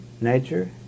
Nature